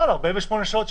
על 48 שעות.